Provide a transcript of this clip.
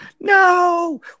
no